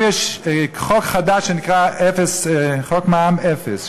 עכשיו יש חוק חדש שנקרא מע"מ אפס,